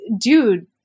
dude